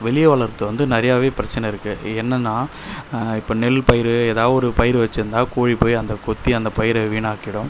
வெளியே வளர்த்து வந்து நிறையாவே பிரச்சனை இருக்கு என்னெனா இப்போ நெல் பயிறு எதாவது ஒரு பயிர் வச்சுருந்தா கோழி போய் அந்த கொத்தி அந்த பயிரை வீணாக்கிடும்